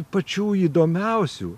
pačių įdomiausių